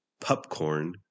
popcorn